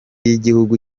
y’igihugu